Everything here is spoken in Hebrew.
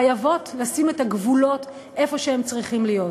חייבות לשים את הגבולות איפה שהם צריכים להיות.